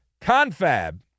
confab